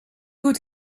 بود